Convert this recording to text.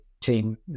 team